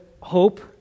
hope